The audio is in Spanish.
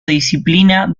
disciplina